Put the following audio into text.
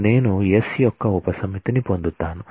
నేను s యొక్క ఉపసమితిని పొందుతాను